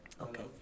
Okay